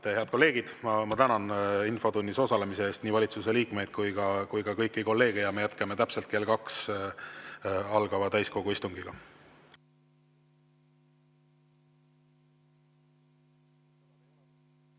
Head kolleegid! Ma tänan infotunnis osalemise eest nii valitsuse liikmeid kui ka kõiki kolleege. Me jätkame täpselt kell 2 täiskogu istungit.